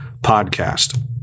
podcast